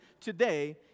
today